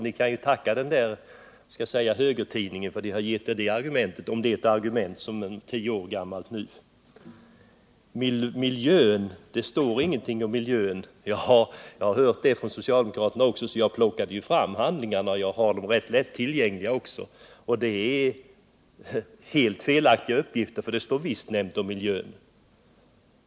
Ni kan alltså tacka denna ”högertidning” som har gett er argumentet, om man nu kan tala om det som ett argument eftersom det är tio år gammalt. Det står ingenting om miljön i centermotionen 1962, säger Sture Ericson. Eftersom jag har hört samma sak också från andra socialdemokrater har jag plockat fram handlingarna och funnit att deras uppgifter är helt felaktiga. I motionen omnämns visst miljön.